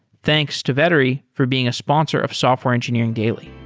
thanks to vettery for being a sponsor of software engineering daily